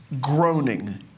groaning